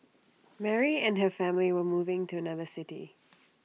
Mary and her family were moving to another city